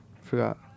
forgot